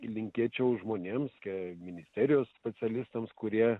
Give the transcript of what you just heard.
linkėčiau žmonėms skelbia ministerijos specialistams kurie